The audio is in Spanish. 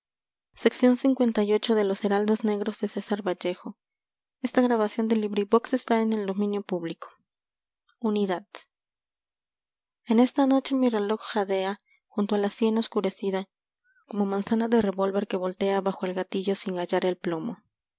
el corazón en esta noche mi reloj jadea junto a la sien oscurecida como manzana de revólver que voltea bajo el gatillo sin hallar el plomo